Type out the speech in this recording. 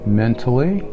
mentally